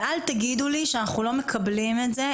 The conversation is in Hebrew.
ואל תגידו לי שאנחנו לא מקבלים את זה,